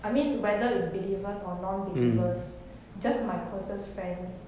I mean whether it's believers or non believers just my closest friends